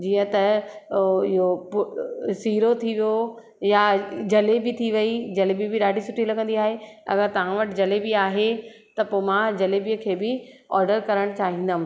जीअं त ओ इहो सीरो थी वियो या जलेबी थी वई जलेबी बि ॾाढी सुठी लॻंदी आहे अगरि तव्हां वटि जलेबी आहे त पोइ मां जलेबीअ खे बि ऑडर करणु चाहींदमि